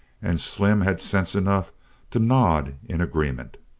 and slim had sense enough to nod in agreement.